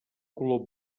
color